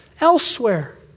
elsewhere